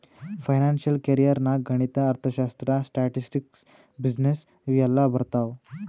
financial career ನಾಗ್ ಗಣಿತ, ಅರ್ಥಶಾಸ್ತ್ರ, ಸ್ಟ್ಯಾಟಿಸ್ಟಿಕ್ಸ್, ಬಿಸಿನ್ನೆಸ್ ಇವು ಎಲ್ಲಾ ಬರ್ತಾವ್